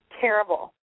terrible